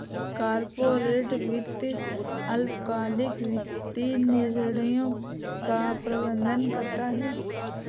corporate वित्त अल्पकालिक वित्तीय निर्णयों का प्रबंधन करता है